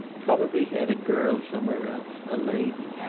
probably he had a girl somewhere else, a lady.